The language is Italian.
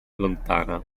lontana